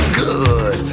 good